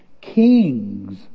Kings